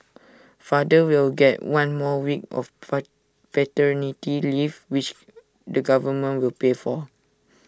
fathers will get one more week of fight paternity leave which the government will pay for